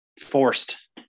forced